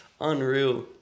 Unreal